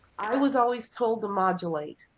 i was always told to modulate.